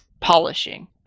polishing